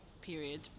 period